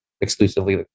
exclusively